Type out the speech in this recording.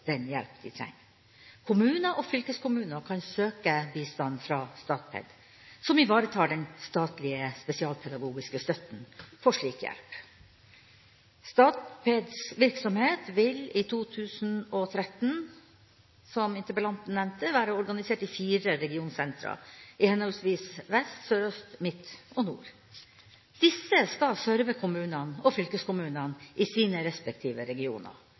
den hjelpen de trenger. Kommuner og fylkeskommuner kan søke bistand fra Statped, som ivaretar den statlige spesialpedagogiske støtten for slik hjelp. Statpeds virksomhet vil i 2013, som interpellanten nevnte, være organisert i fire regionsentra – henholdsvis Vest-, Sørøst-, Midt- og Nord-Norge. Disse skal serve kommunene og fylkeskommunen i sine respektive regioner